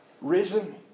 risen